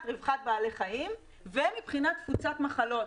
רווחת בעלי החיים ומבחינת תפוצת מחלות.